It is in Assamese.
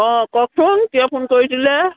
অঁ কওকচোন কিয় ফোন কৰিছিলে